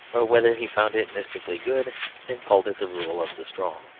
or whether he found it mystically good and called it the rule of the strong.